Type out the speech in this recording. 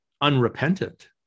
unrepentant